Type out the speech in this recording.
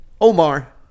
Omar